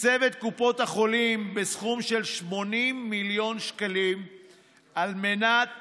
תקצב את קופות החולים בסכום של 80 מיליון שקלים על מנת